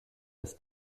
das